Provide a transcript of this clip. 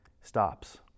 stops